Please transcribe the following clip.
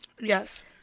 Yes